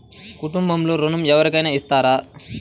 కుటుంబంలో ఋణం ఎవరికైనా ఇస్తారా?